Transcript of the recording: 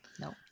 nope